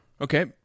Okay